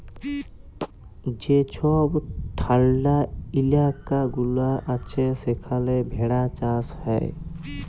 যে ছব ঠাল্ডা ইলাকা গুলা আছে সেখালে ভেড়া চাষ হ্যয়